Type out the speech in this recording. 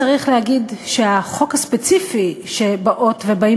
צריך להגיד שהחוק הספציפי שבאות ובאים